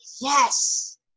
yes